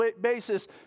basis